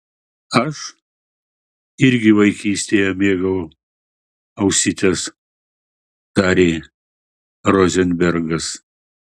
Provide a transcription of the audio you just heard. aš irgi vaikystėje mėgau ausytes tarė rozenbergas